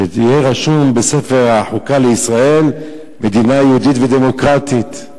שיהיה רשום בספר החוקה לישראל "מדינה יהודית ודמוקרטית",